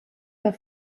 der